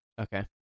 Okay